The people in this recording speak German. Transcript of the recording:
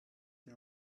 die